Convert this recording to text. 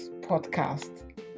Podcast